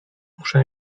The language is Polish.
muszę